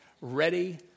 ready